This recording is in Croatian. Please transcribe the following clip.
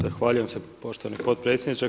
Zahvaljujem se poštovani potpredsjedniče.